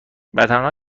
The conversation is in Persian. تنها